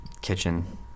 Kitchen